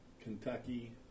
Kentucky